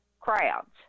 crowds